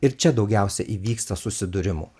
ir čia daugiausia įvyksta susidūrimų